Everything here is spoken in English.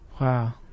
Wow